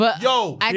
Yo